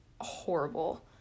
horrible